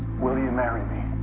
will you marry me?